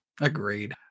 Agreed